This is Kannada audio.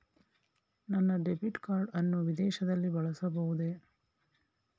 ನನ್ನ ಡೆಬಿಟ್ ಕಾರ್ಡ್ ಅನ್ನು ವಿದೇಶದಲ್ಲಿ ಬಳಸಬಹುದೇ?